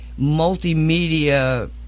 multimedia